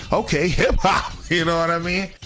okay. hip hop. you know what i mean?